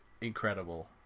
incredible